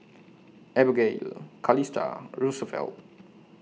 Abagail Calista Roosevelt